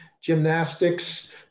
gymnastics